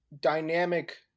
dynamic